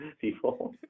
people